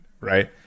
right